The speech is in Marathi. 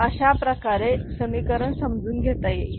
अशाप्रकारे समीकरण समजून घेता येईल